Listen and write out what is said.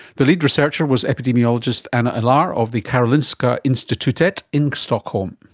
the lead researcher was epidemiologist anna ilar of the karolinska institutet in stockholm.